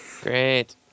Great